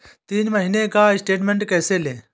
तीन महीने का स्टेटमेंट कैसे लें?